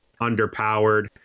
underpowered